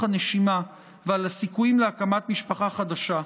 הנשימה ועל הסיכויים להקמת משפחה חדשה.